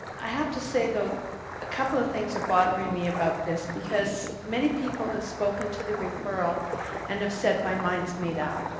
i have to say though a couple of things are bothering me about this because many people are have spoken to the referral and have said my mind is made up.